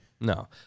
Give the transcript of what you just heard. no